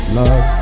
love